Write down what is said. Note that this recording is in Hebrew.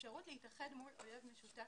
אפשרות להתאחד מול אויב משותף,